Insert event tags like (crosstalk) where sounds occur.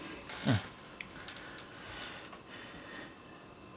mm (breath)